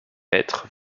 petr